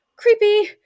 creepy